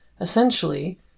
essentially